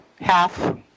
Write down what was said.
half